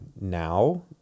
now